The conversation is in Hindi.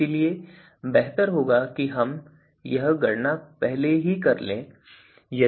इसलिए बेहतर होगा कि हम यह गणना पहले ही कर लें